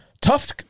tough